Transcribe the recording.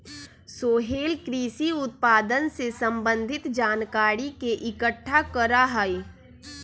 सोहेल कृषि उत्पादन से संबंधित जानकारी के इकट्ठा करा हई